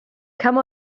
come